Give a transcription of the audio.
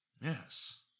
Yes